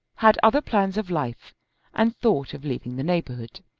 had other plans of life and thought of leaving the neighbourhood.